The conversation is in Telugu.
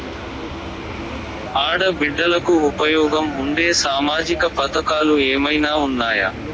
ఆడ బిడ్డలకు ఉపయోగం ఉండే సామాజిక పథకాలు ఏమైనా ఉన్నాయా?